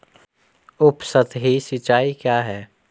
उपसतही सिंचाई क्या है?